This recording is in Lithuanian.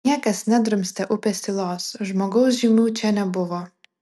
niekas nedrumstė upės tylos žmogaus žymių čia nebuvo